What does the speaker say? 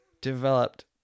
developed